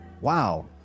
wow